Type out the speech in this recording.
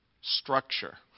Structure